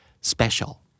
Special